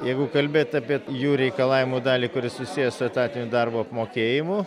jeigu kalbėt apie jų reikalavimų dalį kuris susijęs su etatinio darbo apmokėjimu